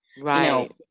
right